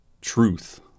truth